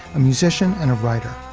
a musician and a writer.